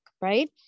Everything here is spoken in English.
right